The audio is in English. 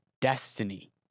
destiny